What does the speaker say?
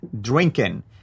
drinking